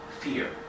fear